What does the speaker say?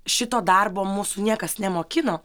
šito darbo mūsų niekas nemokino